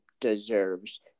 deserves